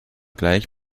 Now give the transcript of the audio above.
gleich